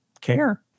care